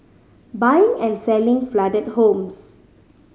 buying and selling flooded homes